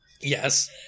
Yes